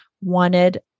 wanted